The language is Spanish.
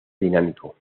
dinámico